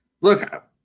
look